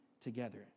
together